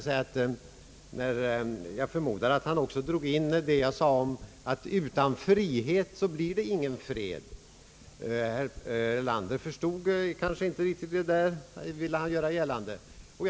Herr Erlander tog också upp vad jag sade om att utan frihet blir det ingen fred, och han ville göra gällande att han kanske inte förstod det där riktigt.